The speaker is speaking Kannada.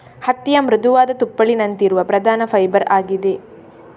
ಹತ್ತಿಯ ಮೃದುವಾದ ತುಪ್ಪಳಿನಂತಿರುವ ಪ್ರಧಾನ ಫೈಬರ್ ಆಗಿದೆ